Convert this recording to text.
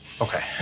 Okay